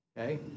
okay